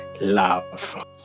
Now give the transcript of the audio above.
love